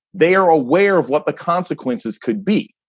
they are aware of what the consequences could be.